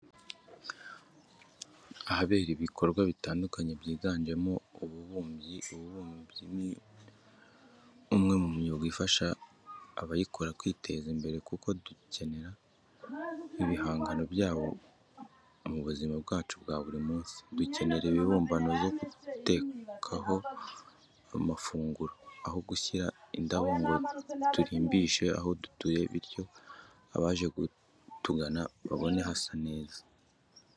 Ahabera ibikorwa bitandukanye byiganjemo ububumbyi. Ububumbyi ni umwe mu myuga ifasha abayikora kwiteza imbere kuko dukenera ibihangano byabo mu buzima bwacu bwa buri munsi. Dukenera imbabura zo gutekaho amafunguro, aho gushyira indabo ngo turimbishe aho dutuye bityo abaje batugana babone hasa neza.